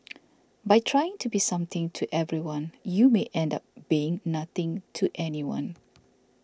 by trying to be something to everyone you may end up being nothing to anyone